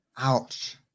Ouch